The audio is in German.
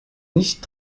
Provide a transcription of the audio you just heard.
nicht